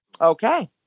Okay